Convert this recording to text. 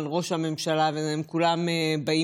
אלו הם חברי